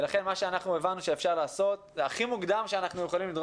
לכן הבנו שהכי מוקדם שאנחנו יכולים לדרוש